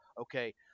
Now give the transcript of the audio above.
okay –